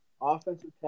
offensive